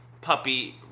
Puppy